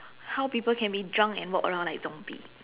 how people can be drunk and walk around like zombie